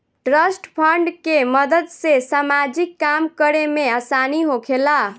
trust fund के मदद से सामाजिक काम करे में आसानी होखेला